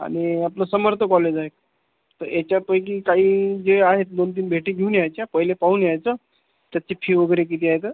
आणि आपलं समर्थ कॉलेज आहे तर ह्याच्यापैकी काही जे आहेत दोन तीन भेटी घेऊन यायच्या पहिले पाहून यायचं त्याची फी वगैरे किती आहे तर